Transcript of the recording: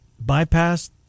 bypass